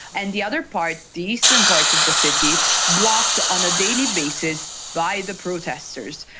and the other part, the eastern part of the city blocked on a daily basis by the protesters.